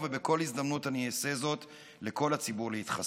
ובכל הזדמנות אני עושה זאת: אני קורא פה לכל הציבור להתחסן.